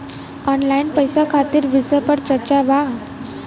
Online पैसा खातिर विषय पर चर्चा वा?